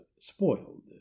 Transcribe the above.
spoiled